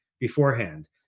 beforehand